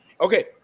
Okay